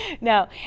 No